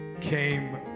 came